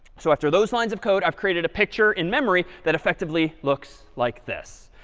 so after those lines of code, i've created a picture in memory that effectively looks like this.